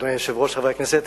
אדוני היושב-ראש, חברי הכנסת,